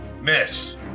Miss